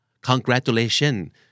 Congratulations